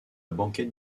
banquette